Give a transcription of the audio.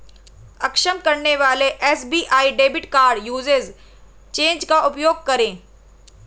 अक्षम करने वाले SBI debit card usage change का उपयोग करें